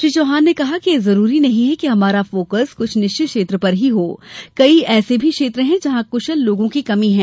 श्री चौहान ने कहा कि यह जरूरी नहीं है कि हमारा फोकस कुछ निश्चित क्षेत्र पर ही हो कई ऐसे भी क्षेत्र है जहां कुशल लोगों की कमी है